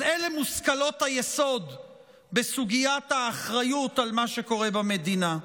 אז אלה מושכלות היסוד בסוגיית האחריות על מה שקורה במדינה.